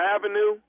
Avenue